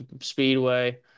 Speedway